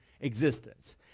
existence